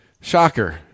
shocker